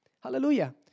Hallelujah